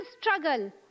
struggle